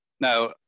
Now